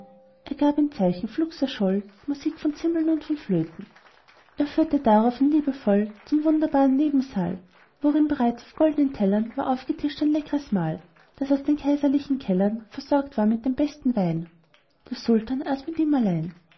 er gab ein zeichen flugs erscholl musik von zimbeln und von flöten er führte drauf ihn liebevoll zum wunderbaren nebensaal worin bereits auf goldnen tellern war aufgetischt ein leckres mahl das aus den kaiserlichen kellern versorgt war mit dem besten wein der sultan aß mit ihm allein